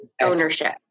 ownership